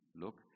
Look